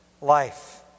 life